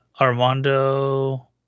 Armando